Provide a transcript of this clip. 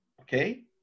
okay